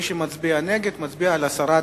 מי שמצביע נגד, מצביע על הסרת